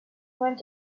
went